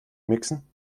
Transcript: mixen